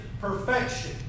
perfection